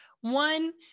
One